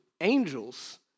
Angels